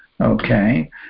Okay